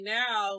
now